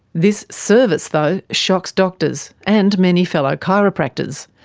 this service, though, shocks doctors, and many fellow chiropractors.